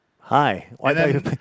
Hi